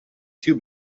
two